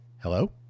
Hello